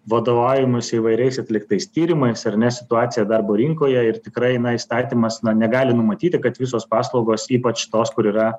vadovaujamasi įvairiais atliktais tyrimais ar ne situacija darbo rinkoje ir tikrai na įstatymas na negali numatyti kad visos paslaugos ypač tos kur yra